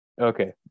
Okay